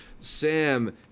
Sam